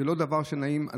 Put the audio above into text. זה לא דבר שנעים,